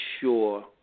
sure